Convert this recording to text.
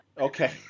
Okay